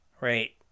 right